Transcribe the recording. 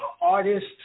artist